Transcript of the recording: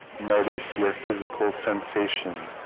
notice your physical sensation